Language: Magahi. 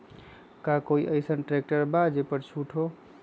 का कोइ अईसन ट्रैक्टर बा जे पर छूट हो?